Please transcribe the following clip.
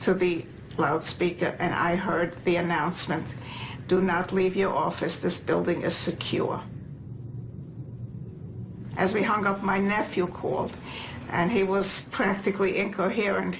to the loud speaker and i heard the announcement do not leave your office this building is secure as we hung up my nephew of course and he was practically incoherent